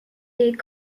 est